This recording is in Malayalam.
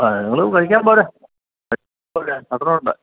ആ നിങ്ങൾ കഴിക്കാന് പോരുക പപ്പടമുണ്ട്